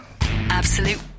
Absolute